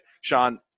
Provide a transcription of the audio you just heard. Sean